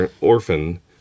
orphan